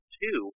two